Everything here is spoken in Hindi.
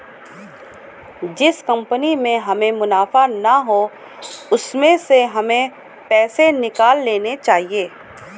जिस कंपनी में हमें मुनाफा ना हो उसमें से हमें पैसे निकाल लेने चाहिए